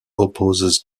opposes